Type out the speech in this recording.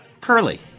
Curly